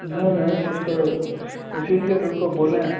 नहीं नहीं तो उसको इसी लिए तो उसको बोले हैं